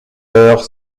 heure